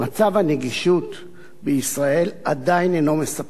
מצב הנגישות בישראל עדיין אינו מספק,